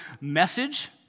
message